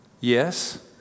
Yes